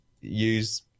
use